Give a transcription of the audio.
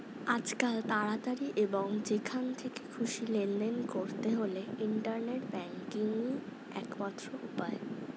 আজকাল তাড়াতাড়ি এবং যেখান থেকে খুশি লেনদেন করতে হলে ইন্টারনেট ব্যাংকিংই একমাত্র উপায়